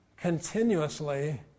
continuously